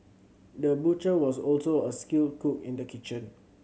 the butcher was also a skilled cook in the kitchen